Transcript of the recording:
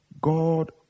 god